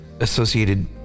associated